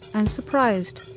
and surprised.